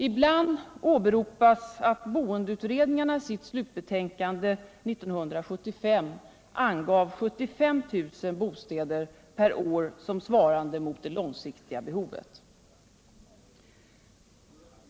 Ibland åberopas att boendeutredningarna i sitt slutbetänkande 1975 angav 75 000 bostäder per år som svarande mot det långsiktiga behovet.